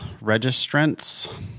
registrants